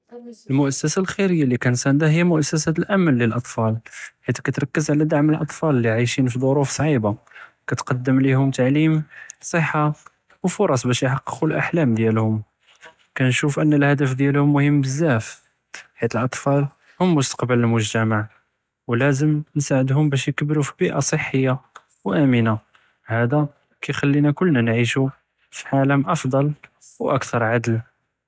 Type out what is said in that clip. מואססה אלח'יריה לי כנסנדהא היא מואססת אמן דיאַל אטְפאל חית כתרכּז עלא דעמ אטְפאל לי כתעיש פ־ד'ורוף צעיבה, כתקּדּם ליהום תעלים, צחה ופורץ באש יחּקּו אחלַאם דיאלְהום, כנשוף אן אלהדף דיאלְהום مهم בזאף חית אטְפאל הם מוסתקבּל אלמוג'תמע ולאזם נסעדהום באש יכּבּרו פ־ביִאַה צחיה ואמְנַה, הדא כיכלִינא כּלנא נעישו פ־עאלם אפדל ואכתר עדל.